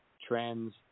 Trends